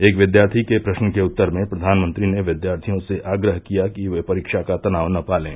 एक विद्यार्थी के प्रश्न के उत्तर में प्रधानमंत्री ने विद्यार्थियों से आग्रह किया कि वे परीक्षा का तनाव न पालें